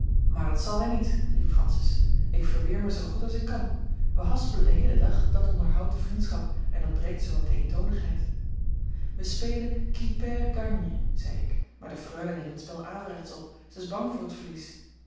maar dat zal hij niet riep francis ik verweer mij zoo goed als ik kan wij haspelen den heelen dag dat onderhoudt de vriendschap en dat breekt zoowat de eentoonigheid wij spelen qui perd gagne zei ik maar de freule neemt het spel averechts op zij is bang voor t verlies